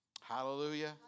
Hallelujah